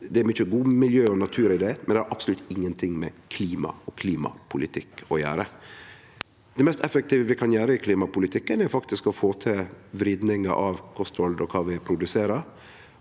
Det er mykje godt miljø og natur i det, men det har absolutt ingenting med klima og klimapolitikk å gjere. Det mest effektive vi kan gjere i klimapolitikken, er faktisk å få til ei vriding av kosthald og kva vi produserer.